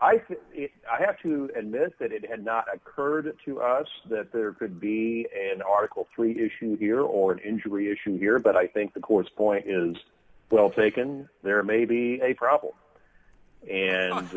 think i have to admit that it had not occurred to us that there could be an article three issue here or an injury issue here but i think the court's point is well taken there may be a problem and